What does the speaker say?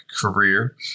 career